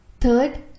Third